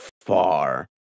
far